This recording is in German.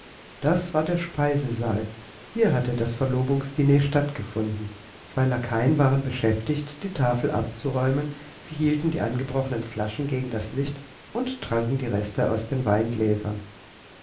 das war der speisesaal hier hatte das verlobungsdiner stattgefunden zwei lakaien waren beschäftigt die tafel abzuräumen sie hielten die angebrochenen flaschen gegen das licht und tranken die reste aus den weingläsern